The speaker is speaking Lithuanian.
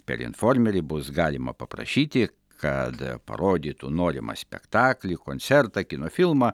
per informerį bus galima paprašyti kad parodytų norimą spektaklį koncertą kino filmą